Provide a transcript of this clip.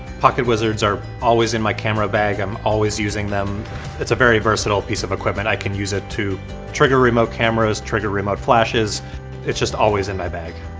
pocketwizards are always in my camera bag i'm always using them it's a very versatile piece of equipment i can use it to trigger remote cameras trigger remote flashes it's just always in my bag.